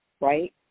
right